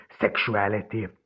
sexuality